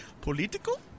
Political